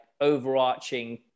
overarching